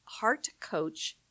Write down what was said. heartcoach